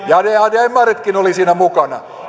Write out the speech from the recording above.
demaritkin olivat siinä mukana